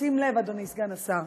תשים לב, אדוני סגן השר,